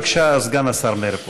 בבקשה, סגן השר מאיר פרוש.